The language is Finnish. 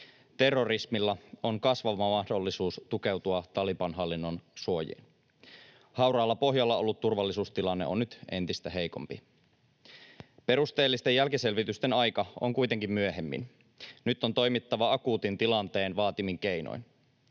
Terrorismilla on kasvava mahdollisuus tukeutua Taliban-hallinnon suojiin. Hauraalla pohjalla ollut turvallisuustilanne on nyt entistä heikompi. Perusteellisten jälkiselvitysten aika on kuitenkin myöhemmin. Nyt on toimittava akuutin tilanteen vaatimin keinoin.